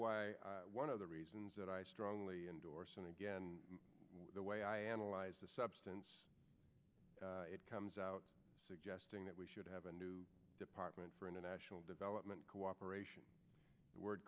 why one of the reasons that i strongly endorse and again the way i analyze the substance it comes out suggesting that we should have a new department for international development cooperation